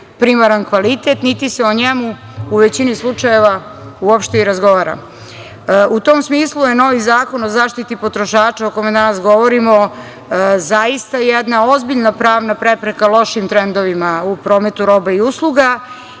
primaran kvalitet niti se o njemu u većini slučajeva uopšte i razgovara.U tom smislu je novi Zakon o zaštiti potrošača o kojem danas govorimo zaista jedna ozbiljna pravna prepreka lošim trendovima u prometu roba i usluga